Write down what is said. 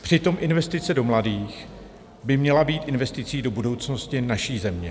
Přitom investice do mladých by měla být investicí do budoucnosti naší země.